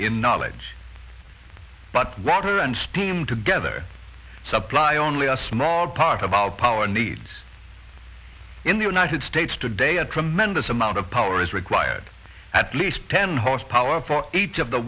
in knowledge but water and steam together supply only a small part of our power needs in the united states today a tremendous amount of power is required at least ten horsepower for each of the